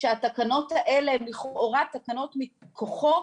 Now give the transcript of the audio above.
שהתקנות האלה הן לכאורה תקנות מכוחו,